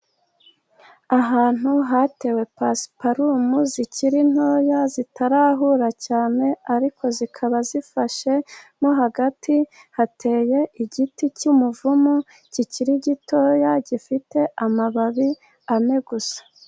Ahantu hatewe pasiparumu zikiri ntoya zitarahura cyane, ariko zikaba zifashe. Nko hagati hateye igiti cy'umuvumu kikiri gitoya gifite amababi ane gusa.